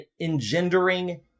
engendering